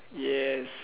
yes